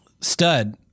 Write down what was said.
stud